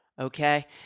okay